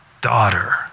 daughter